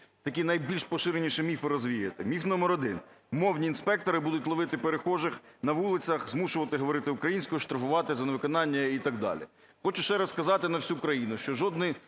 такі, найбільш поширеніші, міфи розвіяти. Міф номер один. Мовні інспектори будуть ловити перехожих на вулицях, змушувати говорити українською, штрафувати за невиконання і так далі. Хочу ще раз сказати на всю країну, що жодних